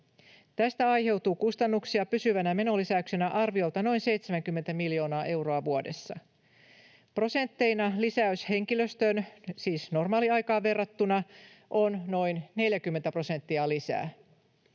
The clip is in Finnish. Tästä aiheutuu kustannuksia pysyvänä menolisäyksenä arviolta noin 70 miljoonaa euroa vuodessa. Prosentteina lisäys henkilöstöön, siis normaaliaikaan verrattuna, on noin 40 prosenttia lisää.